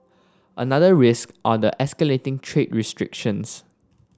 another risk are the escalating trade restrictions